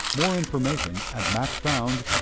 more information at macfound